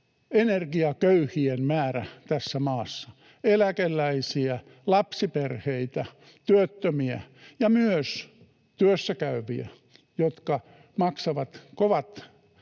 energiaköyhien määrä tässä maassa: eläkeläisiä, lapsiperheitä, työttömiä ja myös työssäkäyviä, jotka maksavat kovat